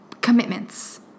commitments